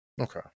Okay